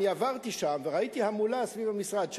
אני עברתי שם וראיתי המולה סביב המשרד שלך.